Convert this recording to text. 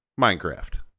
Minecraft